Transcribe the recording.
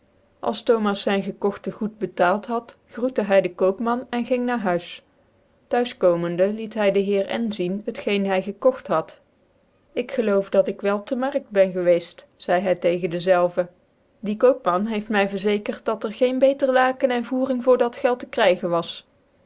als thomas zyn gekogte goed betaalt had grocte hy dc koopman en ging na huis t'huis komende liet hy dc heer n zien het geen hy gckogt had jk geloof dat ik wel te markt ben gewceft zeidc hy tegen dezelve die koopman heeft my verzekert dat'cr geen ï t o gefchiedenis van beter laken ea voering voor dat geld tc krygen was